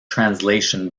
translation